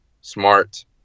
smart